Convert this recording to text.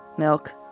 milk,